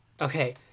Okay